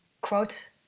quote